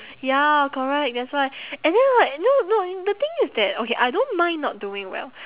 ya correct that's why and then right no no the thing is that okay I don't mind not doing well